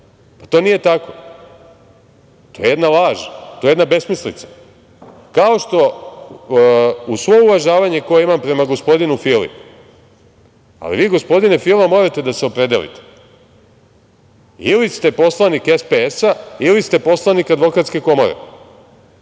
Pa, to nije tako. To je jedna laž. To je jedna besmislica. Kao što, uz svo uvažavanje koje imam prema gospodinu Fili, ali vi gospodine Fila morate da se opredelite ili ste poslanik SPS-a ili ste poslanik Advokatske komore